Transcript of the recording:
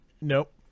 Nope